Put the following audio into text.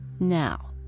Now